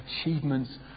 achievements